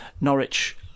Norwich